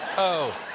oh,